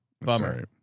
Bummer